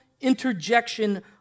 interjection